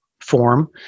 form